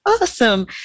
Awesome